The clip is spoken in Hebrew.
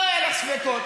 לא היו לך ספקות.